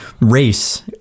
race